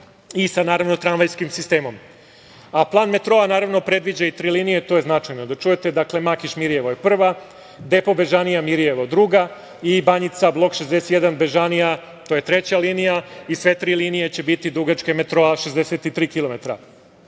i sa tramvajskim sistemom. Plan metroa, naravno, predviđa i tri linije. To je značajno da čujete. Dakle, Makiš - Mirijevo je prva, Depo – Bežanija - Mirijevo druga i Banjica - Blok 61- Bežanija je treća linija. Sve tri linije će biti dugačke 63 kilometra. Železnička